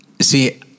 see